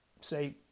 say